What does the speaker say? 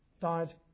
died